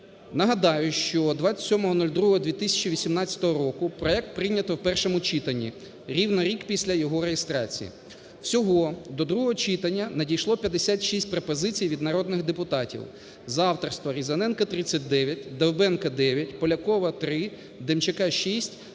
Нагадаю, що 27.02.2018 року проект прийнято в першому читанні, рівно рік після його реєстрації. Всього до другого читання надійшло 56 пропозицій від народних депутатів: за авторства Різаненка – 39, Довбенка – 9, Полякова – 3, Демчака –